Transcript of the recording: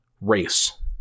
race